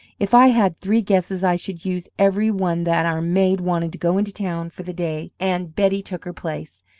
if i had three guesses, i should use every one that our maid wanted to go into town for the day, and betty took her place.